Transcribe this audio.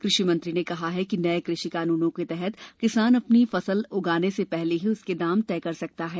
कृषि मंत्री ने कहा कि नए कृषि कानूनों के तहत किसान अपनी फसल उगाने से पहले ही उसके दाम तय कर सकता है